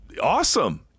Awesome